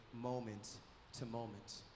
moment-to-moment